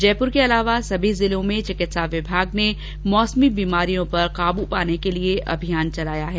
जयपुर के अतिरिक्त सभी जिलों में चिकित्सा विभाग ने मौसमी बीमारियों पर काबू पाने के लिए अभियान चलाया है